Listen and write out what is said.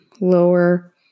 lower